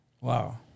Wow